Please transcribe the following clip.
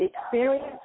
experience